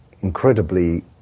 incredibly